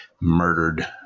murdered